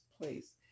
place